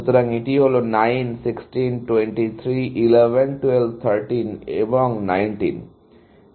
সুতরাং এটি হল 9 16 23 11 12 13 এবং 19